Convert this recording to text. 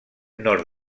nord